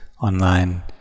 online